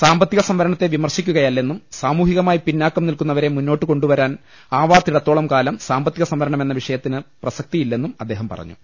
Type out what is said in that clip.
സാമ്പത്തിക സംവരണത്തെ വിമർശിക്കുകയല്ലെന്നും സാമൂ ഹികമായി പിന്നാക്കം നിൽക്കുന്നവരെ മുന്നോട്ടുകൊണ്ടുവരാ ൻ ആവാത്തിടത്തോളംകാലം സാമ്പത്തിക സംവരണമെന്ന വിഷ യത്തിന് പ്രസക്തിയില്ലെന്നും അദ്ദേഹം പറഞ്ഞു